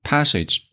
Passage